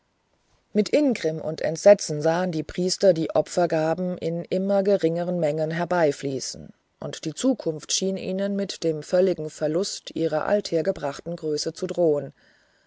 mit ingrimm und entsetzen sahen die priester die opfergaben in immer geringeren mengen herbeifließen und die zukunft schien ihnen mit dem völligen verlust ihrer althergestammten größe zu drohen